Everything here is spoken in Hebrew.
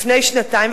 לפני שנתיים,